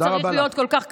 לא צריך להיות כל כך קשוח,